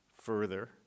further